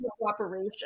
cooperation